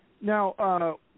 Now